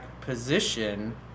position